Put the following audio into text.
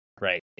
right